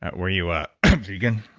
and were you a vegan?